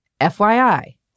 FYI